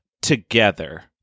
Together